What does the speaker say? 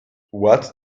what